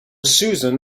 susan